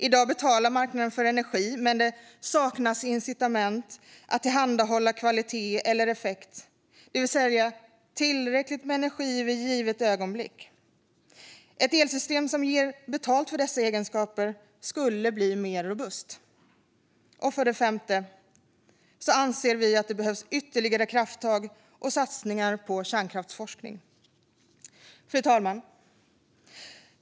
I dag betalar marknaden för energi, men det saknas incitament att tillhandahålla kvalitet eller effekt, det vill säga tillräckligt med energi vid ett givet ögonblick. Ett elsystem som ger betalt för dessa egenskaper skulle bli mer robust. För det femte: Vi anser att det behövs ytterligare krafttag och satsningar på kärnkraftsforskning. Fru talman!